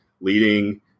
leading